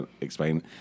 explain